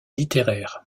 littéraire